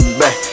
back